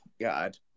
god